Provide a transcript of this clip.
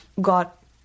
got